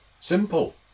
Simple